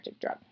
drug